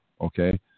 Okay